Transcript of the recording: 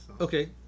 Okay